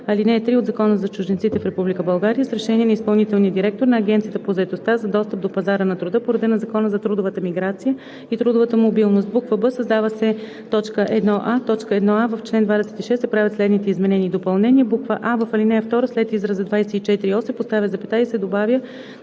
ал. 3 от Закона за чужденците в Република България с решение на изпълнителния директор на Агенцията по заетостта за достъп до пазара на труда по реда на Закона за трудовата миграция и трудовата мобилност.“ б) създава се т. 1а: „1а. В чл. 26 се правят следните изменения и допълнения: а) в ал. 2 след израза „24о“ се поставя запетая и се добавя